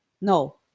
no